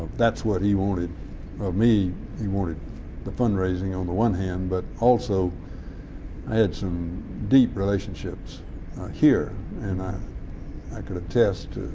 that's what he wanted of me. he wanted the fundraising on the one hand, but also i had some deep relationships here and i i could attest to,